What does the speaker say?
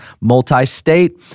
multi-state